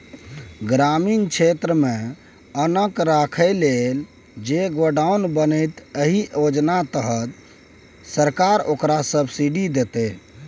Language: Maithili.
ग्रामीण क्षेत्रमे अन्नकेँ राखय लेल जे गोडाउन बनेतै एहि योजना तहत सरकार ओकरा सब्सिडी दैतै